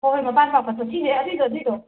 ꯍꯣ ꯍꯣꯏ ꯃꯄꯥꯟ ꯄꯥꯛꯄꯗꯨ ꯁꯤꯁꯦ ꯑꯗꯨꯏꯗꯣ ꯑꯗꯨꯏꯗꯣ